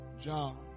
John